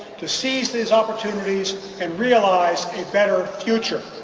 to seize these opportunities and realize a better future.